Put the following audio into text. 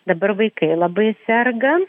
dabar vaikai labai serga